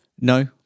no